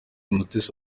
mutesi